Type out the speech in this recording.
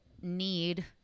need